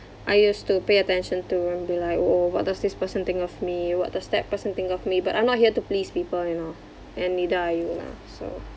I used to pay attention to I'll be like oh what does this person think of me what does that person think of me but I'm not here to please people you know and neither are you lah so